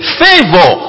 favor